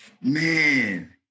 Man